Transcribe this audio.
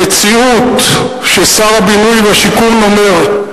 המציאות, ששר הבינוי והשיכון אומר: